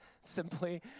Simply